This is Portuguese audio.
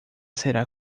será